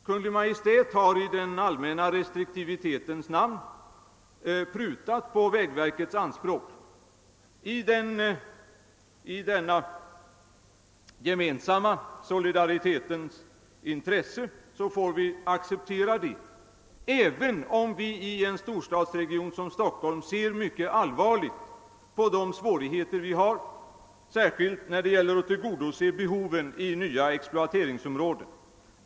Kungl. Maj:t har i den allmänna restriktivitetens namn prutat på vägverkets anspråk. I den gemensamma solidaritetens intresse får vi acceptera det, även om vi i en storstadsregion som Stockholm ser mycket allvarligt på svårigheterna, speciellt när det gäller att tillgodose behoven i nya exploateringsområden.